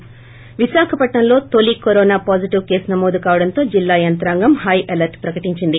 థి విశాఖపట్నంలో తొలి కరోనా పాజిటివ్ కేసు నమోదు కావడంతో జిల్లా యంత్రాంగం హై అలర్ట్ ప్రకటించింది